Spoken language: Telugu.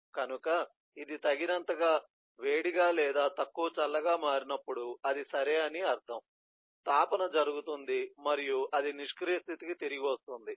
కనుక ఇది తగినంతగా వేడిగా లేదా తక్కువ చల్లగా మారినప్పుడు అది సరే అని అర్ధం తాపన జరుగుతుంది మరియు అది నిష్క్రియ స్థితికి తిరిగి వస్తుంది